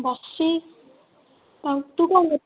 ବସିଛି ଆଉ ତୁ କଣ କରୁଛୁ